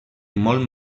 molt